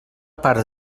part